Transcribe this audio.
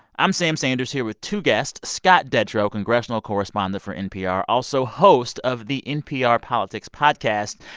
i'm sam sanders here with two guests scott detrow, congressional correspondent for npr, also host of the npr politics podcast,